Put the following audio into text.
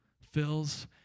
fills